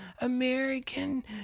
American